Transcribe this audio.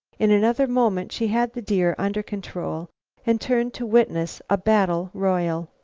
in another moment she had the deer under control and turned to witness a battle royal.